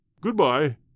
Goodbye